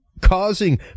causing